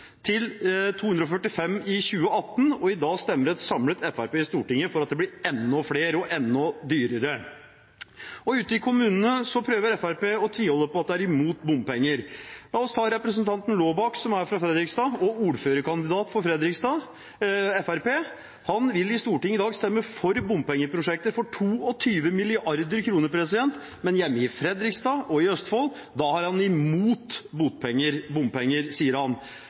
til 245 i 2018, og i dag stemmer et samlet Fremskrittsparti i Stortinget for at det blir enda flere og enda dyrere. Ute i kommunene prøver Fremskrittspartiet å tviholde på at de er imot bompenger. La oss ta representanten Laabak, som er fra Fredrikstad og ordførerkandidat for Fremskrittspartiet. Han vil i Stortinget i dag stemme for bompengeprosjekter for 22 mrd. kr, men hjemme i Fredrikstad og Østfold er han mot bompenger, sier han.